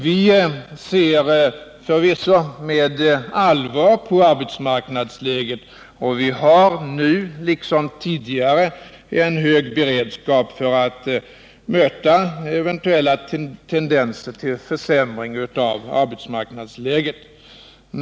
Vi ser förvisso med allvar på arbetsmarknadsläget, och vi har nu liksom tidigare en hög beredskap för att möta eventuella tendenser till försämring i arbetsmarknadsläget.